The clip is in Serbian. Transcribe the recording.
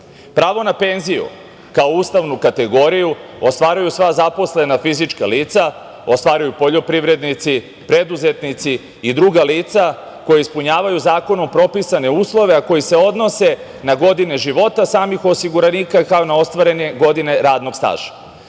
prava. Pravo na penziju kao ustavnu kategoriju ostvaruju sva zaposlena fizička lica, ostvaruju poljoprivrednici, preduzetnici i druga lica koja ispunjavaju zakonom propisane uslove, a koji se odnose na godine života samih osiguranika, kao i na ostvarene godine radnog staža. Prema